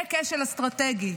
זה כשל אסטרטגי,